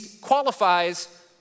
qualifies